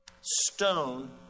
stone